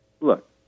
look